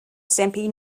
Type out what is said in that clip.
stampede